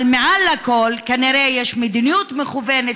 אבל מעל לכול כנראה שיש מדיניות מכוונת